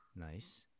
nice